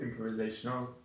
improvisational